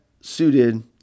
suited